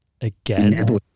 again